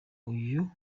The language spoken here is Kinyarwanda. uyu